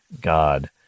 God